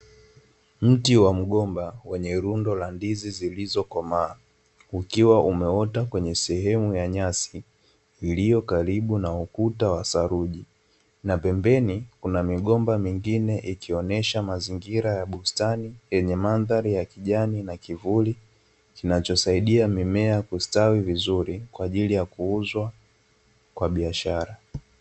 Mti wa mgomba wenye rundo la ndizi zilizokomaa, ukiwa umeota kwenye sehemu ya nyasi iliyo karibu na ukuta wa saruji, na pembeni kuna migomba mingine ikionysha mazingira ya bustani yenye mandhari ya kijani na kivuli, kinachosaidia mimea kustawi vizuri kwa ajili ya kuuzwa kwa biashara.